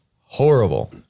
horrible